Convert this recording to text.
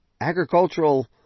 agricultural